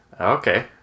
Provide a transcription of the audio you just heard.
Okay